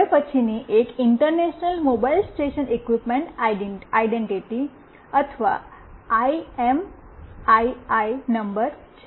હવે પછીની એક international mobile station equipment identity અથવા આઈએમઈઆઈ નંબર છે